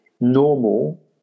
normal